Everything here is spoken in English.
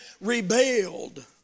rebelled